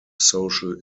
social